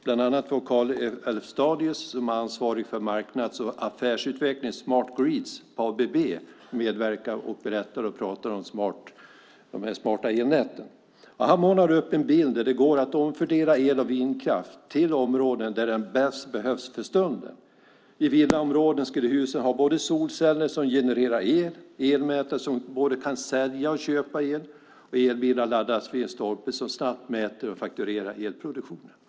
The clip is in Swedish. Bland annat medverkade Karl Elfstadius, ansvarig för marknads och affärsutveckling av ABB:s Smart Grid-program, som berättade om de smarta elnäten. Han målade upp en bild där det går att omfördela el och vindkraft till områden där den bäst behövs för stunden. I villaområden skulle husen ha solceller som genererar el, elmätare som både kan sälja och köpa el och elbilar som laddas vid en stolpe som snabbt mäter och fakturerar elproduktionen.